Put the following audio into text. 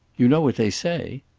you know what they say?